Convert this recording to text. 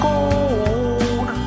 Gold